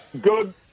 good